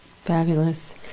Fabulous